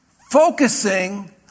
focusing